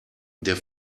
der